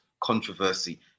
controversy